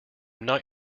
not